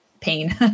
pain